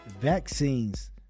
vaccines